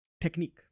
technique